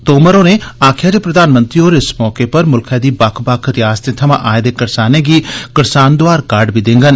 तोमर होरें आक्खेआ जे प्रधानमंत्री होर इस मौके पर मुल्खें दी बक्ख बक्ख रियासतें थमां आए दे करसानें गी किसान दुआर कार्ड बी देंगन